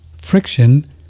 friction